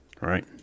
right